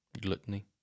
Gluttony